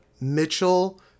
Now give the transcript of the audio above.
Mitchell